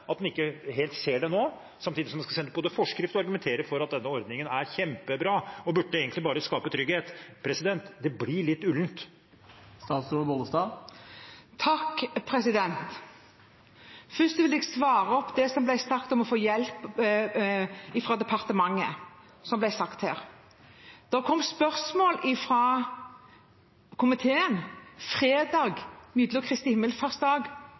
at en ikke helt ser det nå, samtidig som en skal sende ut forskrift og argumenterer for at denne ordningen er kjempebra og egentlig bare burde skape trygghet? Det blir litt ullent. Først vil jeg svare på det som ble sagt om å få hjelp fra departementet, som ble nevnt her. Det kom spørsmål fra komiteen fredag mellom Kristi